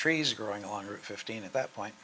trees growing on route fifteen at that point